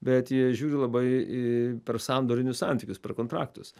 bet jie žiūri labai į per sandorinius santykius per kontraktus